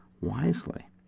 wisely